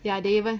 ya they even